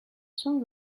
soon